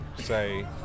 say